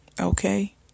Okay